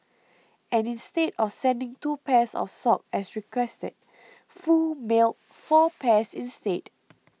and instead of sending two pairs of socks as requested Foo mailed four pairs instead